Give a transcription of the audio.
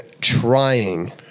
trying